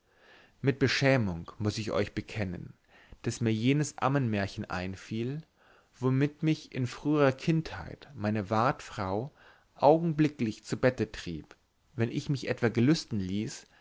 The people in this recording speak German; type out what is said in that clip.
mit beschämung muß ich euch bekennen daß mir jenes ammenmärchen einfiel womit mich in früher kindheit meine wartfrau augenblicklich zu bette trieb wenn ich mich etwa gelüsten ließ